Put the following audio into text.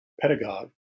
pedagogue